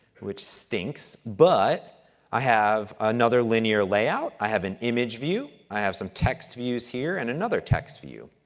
which stinks, but i have another linear layout, i have an image view, i have some text views here and another text view.